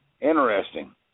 interesting